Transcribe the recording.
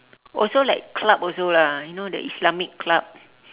also like club also lah you know the Islamic club